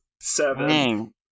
Seven